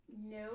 No